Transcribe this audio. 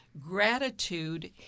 gratitude